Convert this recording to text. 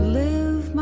live